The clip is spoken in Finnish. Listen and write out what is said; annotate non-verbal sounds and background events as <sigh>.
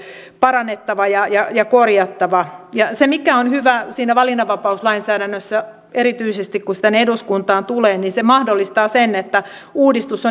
parannettava ja ja korjattava se mikä on hyvä siinä valinnanvapauslainsäädännössä erityisesti kun se tänne eduskuntaan tulee on se että se mahdollistaa sen että uudistus <unintelligible>